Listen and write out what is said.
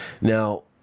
Now